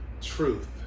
truth